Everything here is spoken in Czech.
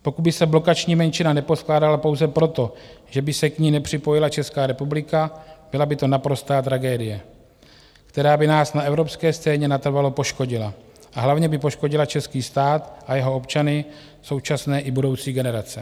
Pokud by se blokační menšina neposkládala pouze proto, že by se k ní nepřipojila Česká republika, byla by to naprostá tragédie, která by nás na evropské scéně natrvalo poškodila a hlavně by poškodila český stát a jeho občany, současné i budoucí generace.